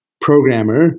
programmer